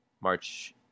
March